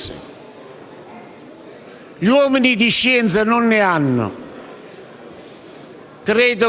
sulla filosofia della scienza, sul fatto che nella scienza tutto